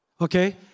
okay